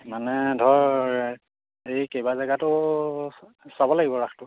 মানে ধৰ এই কেইবা জেগাটো চাব লাগিব ৰাসটো